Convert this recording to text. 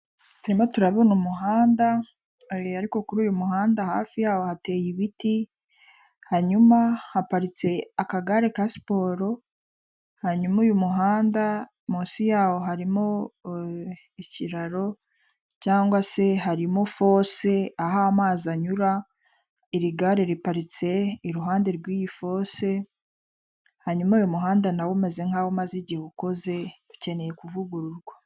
Turimo turabona umuhanda, ariko kuri uyu muhanda hafi yawo hateye ibiti, hanyuma haparitse akagare ka siporo, hanyuma uyu muhanda munsi ya wo harimo ikiraro cyangwa se harimo fose aho amazi anyura, iri gare riparitse iruhande rw'iyi fose, hanyuma uyu muhanda na wo umeze nk'umaze igihe ukoze ukeneye kuvugururwa.